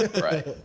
Right